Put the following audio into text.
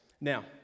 now